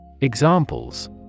Examples